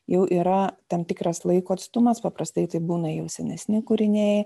jau yra tam tikras laiko atstumas paprastai tai būna jau senesni kūriniai